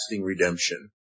redemption